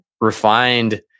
refined